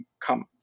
come